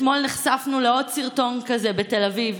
אתמול נחשפנו לעוד סרטון כזה בתל אביב,